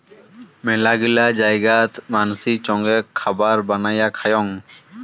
মেলাগিলা জায়গাত মানসি চঙে খাবার বানায়া খায়ং